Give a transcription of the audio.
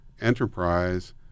Enterprise